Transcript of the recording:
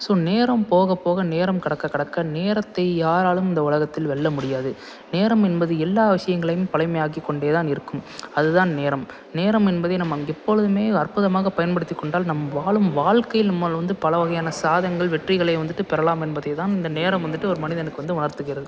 so நேரம் போக போக நேரம் கடக்க கடக்க நேரத்தை யாராலும் இந்த உலகத்தில் வெல்ல முடியாது நேரம் என்பது எல்லா விஷயங்களையும் பழமையாக்கி கொண்டே தான் இருக்கும் அது தான் நேரம் நேரம் என்பதை நாம் எப்பொழுதுமே அற்புதமாக பயன்படுத்தி கொண்டால் நாம் வாழும் வாழ்க்கையில் நம்மால் வந்து பல வகையான சாதனைகள் வெற்றிகளை வந்துவிட்டு பெறலாம் என்பதை தான் இந்த நேரம் வந்துவிட்டு ஒரு மனிதனுக்கு வந்து உணர்த்துகிறது